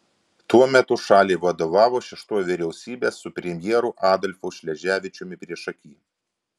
tuo metu šaliai vadovavo šeštoji vyriausybė su premjeru adolfu šleževičiumi priešaky